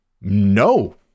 No